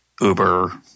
Uber